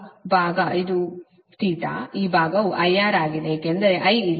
ಆದ್ದರಿಂದ ಈ ಭಾಗ ಇದುಈ ಭಾಗವು IR ಆಗಿದೆ ಏಕೆಂದರೆ I ಇಲ್ಲಿದೆ